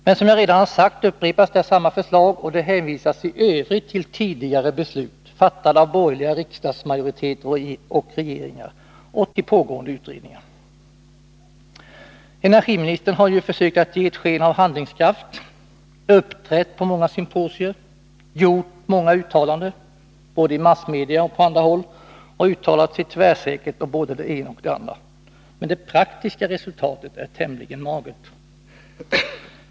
Men som jag redan sagt upprepas där samma förslag, och det hänvisas i övrigt till tidigare beslut, fattade av borgerliga riksdagsmajoriteter och regeringar, och till-pågående utredningar. Energiministern har försökt att ge sken av handlingskraft, uppträtt på många symposier, gjort många uttalanden, både i massmedia och på andra håll, och uttalat sig tvärsäkert om både det ena och det andra. Men det praktiska resultatet är tämligen magert.